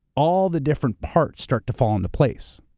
all the different parts start to fall into place.